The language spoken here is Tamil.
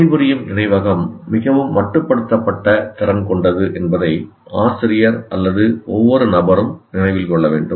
பணிபுரியும் நினைவகம் மிகவும் மட்டுப்படுத்தப்பட்ட திறன் கொண்டது என்பதை ஆசிரியர் அல்லது ஒவ்வொரு நபரும் நினைவில் கொள்ள வேண்டும்